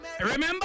Remember